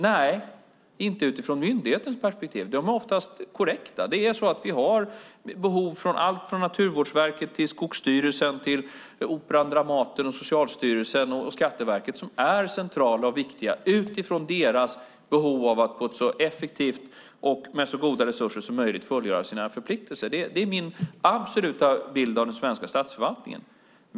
Nej, inte utifrån myndighetens perspektiv. De är oftast korrekta. Alltifrån Naturvårdsverket till Skogsstyrelsen, Operan, Dramaten, Socialstyrelsen och Skatteverket har behov som är centrala och viktiga utifrån deras behov av att så effektivt och med så goda resurser som möjligt fullgöra sina förpliktelser. Det är min absoluta bild av den svenska statsförvaltningen.